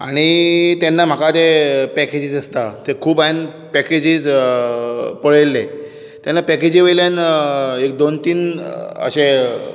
आनी तेन्ना म्हाका ते पॅकेजीस आसता ते खूब हांयेन पॅकेजीस पळयल्ले तेन्ना पॅकेजी वयल्यान एक दोन तीन अशें